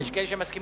יש כאלה שמסכימים,